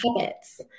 habits